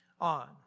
on